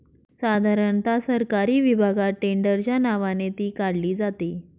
साधारणता सरकारी विभागात टेंडरच्या नावाने ती काढली जाते